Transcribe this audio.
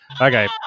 Okay